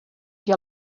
qui